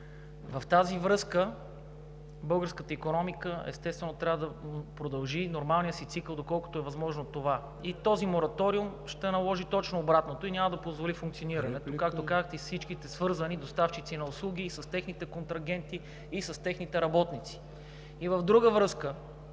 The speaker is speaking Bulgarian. В тази връзка българската икономика, естествено, трябва да продължи нормалния си цикъл, доколкото е възможно това. Този мораториум ще наложи точно обратното и няма да позволи функционирането, както казахте, на всичките свързани доставчици на услуги, с техните контрагенти и работници. От страна на